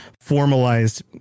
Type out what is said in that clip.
formalized